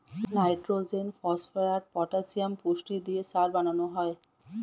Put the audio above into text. nitrogen, phosphate, potassium পুষ্টি দিয়ে সার বানানো হয়